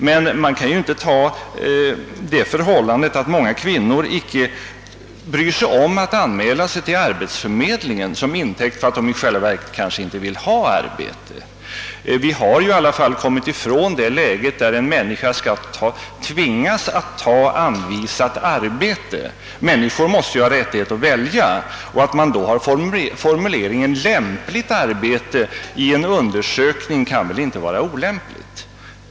Men vi kan ju inte ta det förhållandet, att många kvinnor inte bryr sig om att anmäla sig till arbetsförmedlingen, till intäkt för ett påstående att de i själva verket kanske inte vill ha arbete. Vi har i alla fall kommit ifrån detta att en människa skall tvingas att ta anvisat arbete. Människor måste ju ha rättighet att välja, och att man då har formuleringen »lämpligt arbete» i en undersökning kan väl inte vara oriktigt.